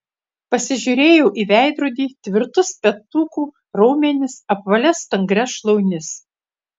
pasižiūrėjau į veidrodį tvirtus petukų raumenis apvalias stangrias šlaunis